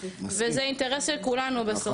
וזה אינטרס של כולנו בסוף.